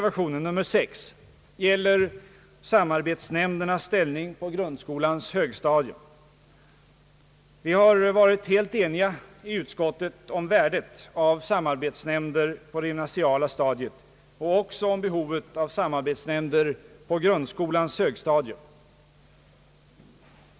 Vi har i utskottet varit helt eniga om värdet av samarbetsnämnder på det gymnasiala stadiet och om behovet av samarbetsnämnder även på grundskolans högstadium.